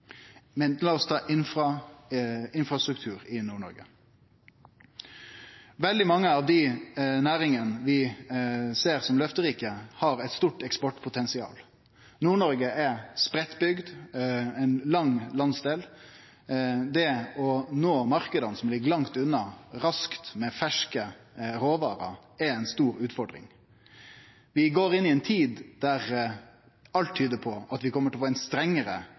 men lat oss ta infrastruktur i Nord-Noreg. Veldig mange av dei næringane vi ser som løfterike, har eit stort eksportpotensial. Nord-Noreg er spreiddbygd og er ein lang landsdel. Det å nå marknadene som ligg langt unna, raskt med ferske råvarer er ei stor utfordring. Vi går inn i ei tid der alt tyder på at vi kjem til å få ein strengare